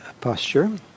posture